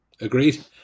agreed